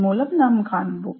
மூலம் காண்போம்